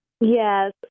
Yes